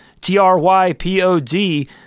T-R-Y-P-O-D